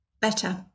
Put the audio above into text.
better